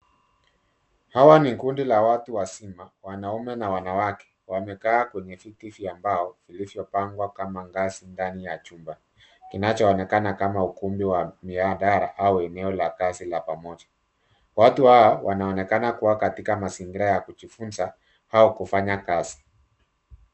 Hawa ni kundi la watu wazima wanaume na wanawake .Wamekaa kwenye viti vya mbao vilivyopangwa kama ngazi ndani ya chumba kinachoonekana kama ukumbi wa mihadhara ama eneo la kazi la pamoja. Watu hawa wanaonekana kuwa katika mazingira ya kujifunza au kufanya kazi.